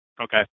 Okay